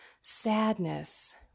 sadness